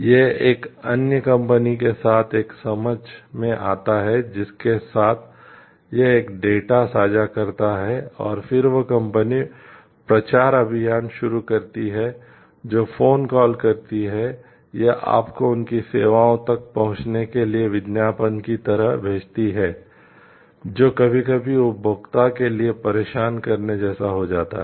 यह एक अन्य कंपनी के साथ एक समझ में आता है जिसके साथ यह एक डेटा साझा करता है और फिर वह कंपनी प्रचार अभियान शुरू करती है जो फोन कॉल करती है या आपको उनकी सेवाओं तक पहुंचने के लिए विज्ञापन की तरह भेजती है जो कभी कभी उपभोक्ता के लिए परेशान करने जैसा हो जाता है